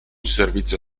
servizio